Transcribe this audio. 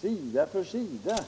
sida för sida.